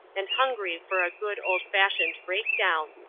and hungry for a good, old-fashioned break-down.